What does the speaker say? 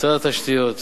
משרד התשתיות,